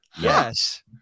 yes